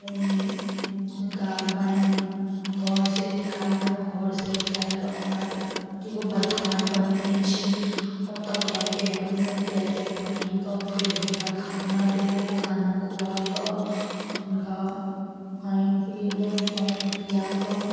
ओहिमे हुनका बाॅंन्हि घरसे निकाललहुॅं घरसे निकाललहुॅं घरसे निकालि कऽ हम एगो बथान बनेने छी ओतऽ गायके बाॅंन्हलहुॅं गायके बाॅंन्हि कऽ फेर हुनका खाना देलहुॅं खाना खुआकऽ हुनका पानि पियेलहुॅं पानि पियाकऽ